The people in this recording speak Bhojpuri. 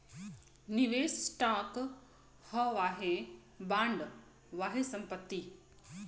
निवेस स्टॉक ह वाहे बॉन्ड, वाहे संपत्ति